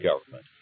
government